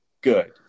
Good